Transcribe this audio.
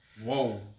Whoa